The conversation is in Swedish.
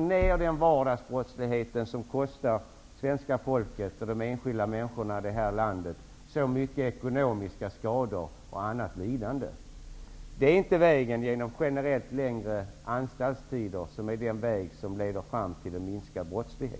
ner den vardagsbrottslighet som kostar svenska folket och de enskilda människorna i detta land så mycket ekonomiska skador och annat lidande. Det är inte vägen genom generellt längre strafftider som leder fram till en minskad brottslighet.